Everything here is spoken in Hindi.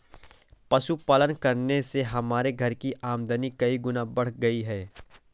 पशुपालन करने से हमारे घर की आमदनी कई गुना बढ़ गई है